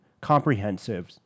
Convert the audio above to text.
comprehensive